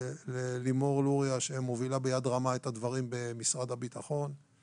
ללימור לוריא שמובילה ביד רמה את הדברים במשרד הביטחון,